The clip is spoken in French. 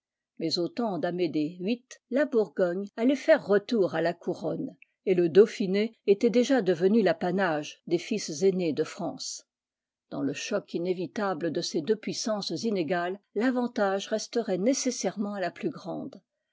mais au temps d'amédée viii la bourgogne allait faire retour à la couronne et le dauphiné était déjà devenu l'apanage des fils aînés de france dans le choc inévitable de ces deux puissances inégales l'avantage resterait nécessairement à la plus grande